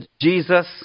Jesus